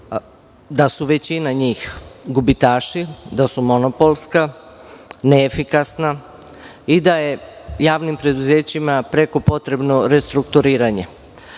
da su većina njih gubitaši, da su monopolska, neefikasna i da je javnim preduzećima preko potrebno restrukturiranje.